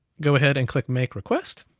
go ahead, and click make request,